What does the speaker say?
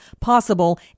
possible